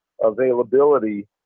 availability